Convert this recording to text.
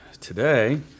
Today